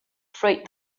freight